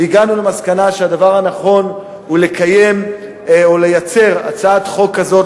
והגענו למסקנה שהדבר הנכון הוא לקיים או לייצר הצעת חוק כזאת,